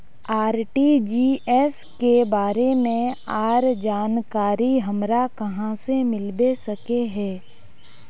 RTGS के बारे में आर जानकारी हमरा कहाँ से मिलबे सके है?